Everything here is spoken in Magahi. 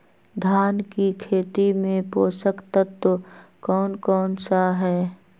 धान की खेती में पोषक तत्व कौन कौन सा है?